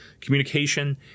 communication